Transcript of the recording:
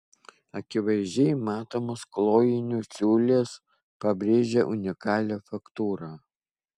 akivaizdžiai matomos klojinių siūlės pabrėžia unikalią faktūrą